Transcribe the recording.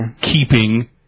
keeping